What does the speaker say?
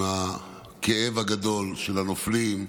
עם הכאב הגדול על הנופלים,